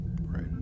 Right